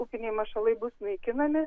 upiniai mašalai bus naikinami